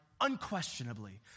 unquestionably